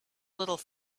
little